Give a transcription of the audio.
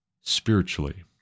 spiritually